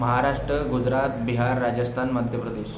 Maharashtra Gujarat Bihar Rajasthan Madhya Pradesh